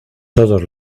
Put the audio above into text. todos